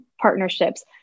partnerships